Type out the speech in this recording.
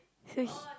so he